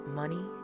money